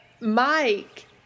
Mike